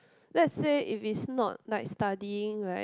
let's say if it's not like studying right